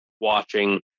watching